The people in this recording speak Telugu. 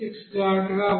గా వస్తున్నాయి